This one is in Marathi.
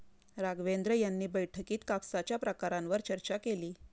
राघवेंद्र यांनी बैठकीत कापसाच्या प्रकारांवर चर्चा केली